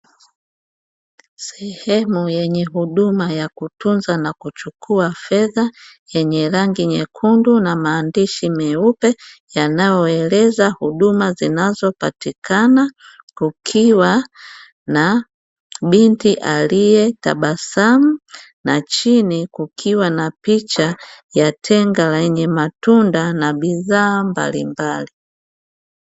Sehemu yenye huduma ya kuchuka na kutunza fedha yenye rangi na maandishi ya meupe yanayoeleza huduma zinazopatikana, kukiwa na binti aliyetabasamu na chini kukiwa na picha ya tenga lenye matunda na bidhaa mbalimbali.